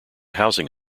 housing